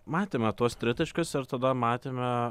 matėme tuos tritaškius ir tada matėme